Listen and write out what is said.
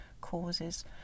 causes